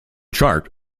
chart